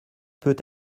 peut